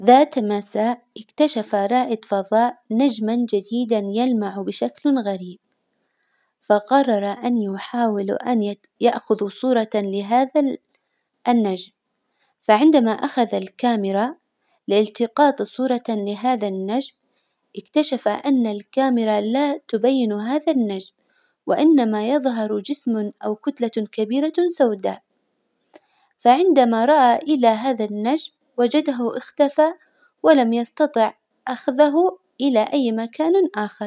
ذات مساء إكتشف رائد فظاء نجما جديدا يلمع بشكل غريب، فقرر أن يحاول أن يأخذ صورة لهذا ال- النجم، فعندما أخذ الكاميرا لإلتقاط صورة هذا النجم إكتشف أن الكاميرا لا تبين هذا النجم، وإنما يظهر جسم أو كتلة كبيرة سوداء، فعندما رأى إلى هذا النجم وجده إختفى ولم يستطع أخذه إلى أي مكان آخر.